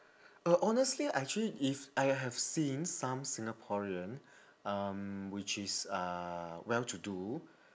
uh honestly actually if I have seen some singaporean um which is uh well to do